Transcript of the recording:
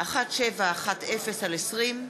56 חברי הכנסת בעד, אין מתנגדים, אין נמנעים.